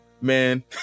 man